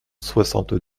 soixante